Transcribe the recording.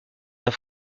d’un